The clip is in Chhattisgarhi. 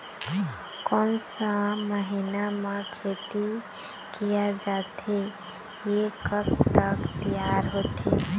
कोन सा महीना मा खेती किया जाथे ये कब तक तियार होथे?